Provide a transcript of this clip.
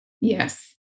Yes